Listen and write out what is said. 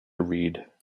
read